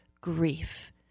grief